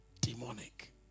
demonic